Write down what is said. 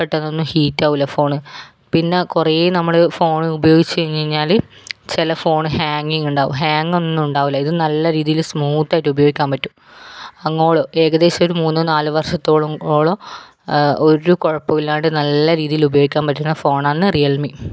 പെട്ടെന്നൊന്നും ഹിറ്റ് ആകില്ല ഫോണ് പിന്നെ കുറേ നമ്മള് ഫോണ് ഉപയോഗിച്ച്കഴിഞ്ഞ് കഴിഞ്ഞാല് ചില ഫോൺ ഹാങ്ങിങ് ഉണ്ടാകും ഹാങ്ങോന്നും ഉണ്ടാകില്ല ഇത് നല്ല രീതിയില് സ്മൂത്ത് ആയിട്ട് ഉപയോഗിക്കാന് പറ്റും അങ്ങോടു ഏകദേശം ഒരു മൂന്നോ നാലു വർഷത്തോളം ഓളം ഒരു കുഴപ്പം ഇല്ലാതെ നല്ല രീതിയില് ഉപയോഗിക്കാൻ പറ്റുന്ന ഫോൺ ആണ് റിയൽമീ